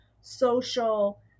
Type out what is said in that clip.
social